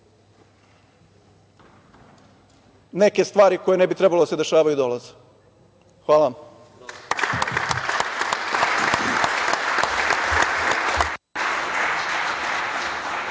neke stvari koje ne bi trebalo da se dešavaju dolaze. Hvala vam.